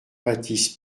baptiste